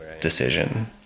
decision